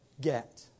get